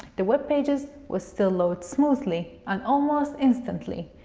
the web pages will still load smoothly and almost instantly.